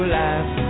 life